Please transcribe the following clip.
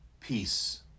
peace